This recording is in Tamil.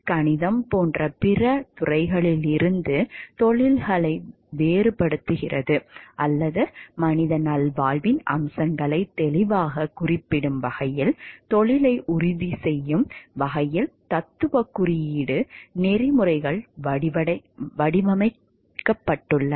கணிதம் போன்ற பிற துறைகளிலிருந்து தொழில்களை வேறுபடுத்துகிறது அல்லது மனித நல்வாழ்வின் அம்சங்களைத் தெளிவாகக் குறிப்பிடும் வகையில் தொழிலை உறுதிசெய்யும் வகையில் தத்துவக் குறியீடு நெறிமுறைகள் வடிவமைக்கப்பட்டுள்ளன